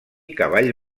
cavall